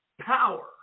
power